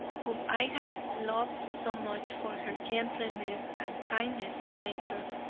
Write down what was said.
whom i had loved so much for her gentleness and kindness of nature,